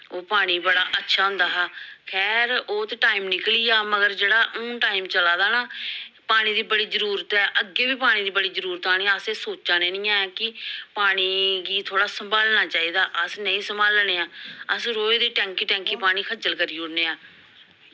ओहे पानी बड़ा अच्छा होंदा हा खैर ओह् ते टैम निकलियां मगर जेह्ड़ा हून टैम चला दा ना पानी दी बड़ी जरूरत ऐ अग्गें बी पानी दी बड़ी जरूरत आनी अस सोचा ने ऐं कि पानी गी थोह्ड़ा संभालना चाहिदा अस नेईं संभालने न अस रोज दी टैंकी टैंकी पानी खज्जल करी ओड़ने आं